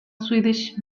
swedish